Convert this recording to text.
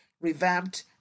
revamped